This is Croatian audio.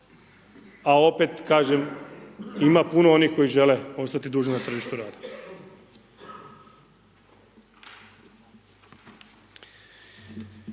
a opet kažem ima puno onih koji žele ostati na tržištu rada.